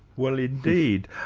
well indeed.